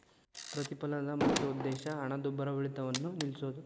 ಪ್ರತಿಫಲನದ ಮುಖ್ಯ ಉದ್ದೇಶ ಹಣದುಬ್ಬರವಿಳಿತವನ್ನ ನಿಲ್ಸೋದು